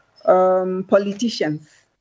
Politicians